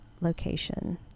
location